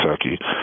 Kentucky